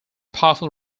powerful